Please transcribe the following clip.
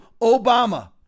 Obama